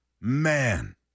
Man